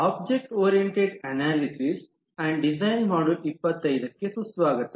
object oriented analysis ಮತ್ತು ವಿನ್ಯಾಸದ module 25 ಗೆ ಸುಸ್ವಾಗತ